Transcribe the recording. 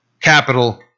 capital